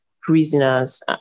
prisoners